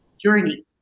journey